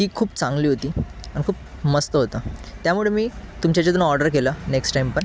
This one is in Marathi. ती खूप चांगली होती आणि खूप मस्त होतं त्यामुळे मी तुमच्या याच्यातून ऑर्डर केलं नेक्स्ट टाईम पण